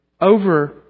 over